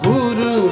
Guru